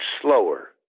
slower